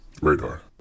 Radar